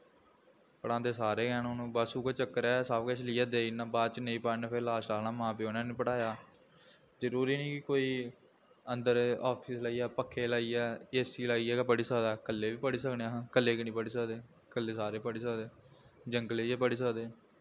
पढ़ांदे सारे गै न हून बस उ'ऐ चक्कर ऐ सब कुछ लेइयै देई ओड़ना बाद च नेईं पढ़न ते बाद च लास्ट आखना मां प्यो ने निं पढ़ाया जरूरी निं कोई अन्दर आफिस लाइयै पक्खे लाइयै ए सी लाइयै गै पढ़ी सकदा कल्ले बी पढ़ी सकदा कल्ले की निं पढ़ी सकदे कल्ले सारे पढ़ी सकदे जंगले च पढ़ी सकदे